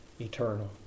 eternal